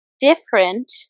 different